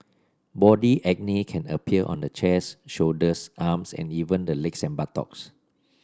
body acne can appear on the chest shoulders arms and even the legs and buttocks